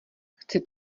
chci